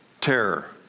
terror